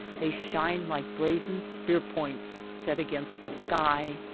they shine like brazen spear-points set against the sky.